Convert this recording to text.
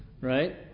Right